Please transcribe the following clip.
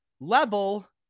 level